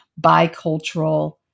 bicultural